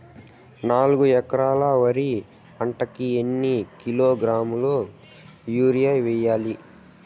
నాలుగు ఎకరాలు వరి పంటకి ఎన్ని కిలోగ్రాముల యూరియ వేయాలి?